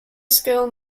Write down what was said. school